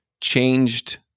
changed